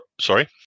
sorry